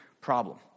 problem